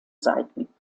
seiten